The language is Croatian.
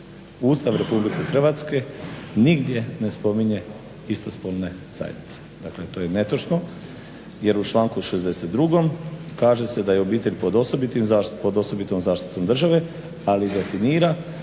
Ustav Republike Hrvatske nigdje ne spominje istospolne zajednice, dakle to je netočno jer u članku 62. kaže se da je obitelj pod osobitom zaštitom države, ali definira